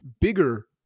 bigger